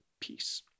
peace